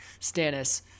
Stannis